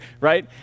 right